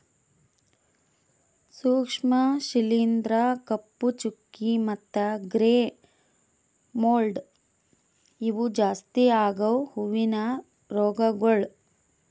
ಸೂಕ್ಷ್ಮ ಶಿಲೀಂಧ್ರ, ಕಪ್ಪು ಚುಕ್ಕಿ ಮತ್ತ ಗ್ರೇ ಮೋಲ್ಡ್ ಇವು ಜಾಸ್ತಿ ಆಗವು ಹೂವಿನ ರೋಗಗೊಳ್